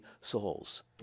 souls